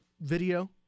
video